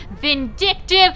vindictive